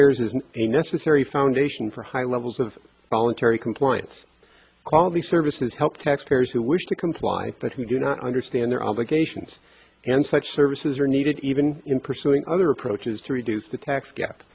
taxpayers as a necessary foundation for high levels of voluntary compliance quality services help taxpayers who wish to comply but who do not understand their obligations and such services are needed even in pursuing other approaches to reduce the tax gap